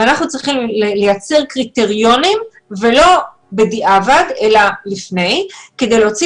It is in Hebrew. ונייצר איזה שהם קריטריונים ולא בדיעבד אלא לפני כדי להוציא